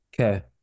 okay